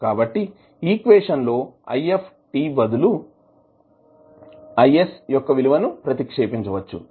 కాబట్టి ఈక్వేషన్ లో If బదులు IS యొక్క విలువను ప్రతిక్షేపించవచ్చు